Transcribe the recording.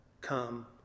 come